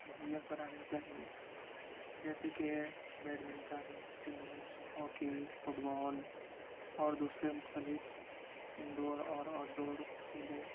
مہیا کرانی چاہیے جیسے کہ badminton tennis hockey football اور دوسرے مختلف انڈور اور آؤٹ ڈور کھیلیں